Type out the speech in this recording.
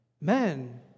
men